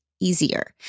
easier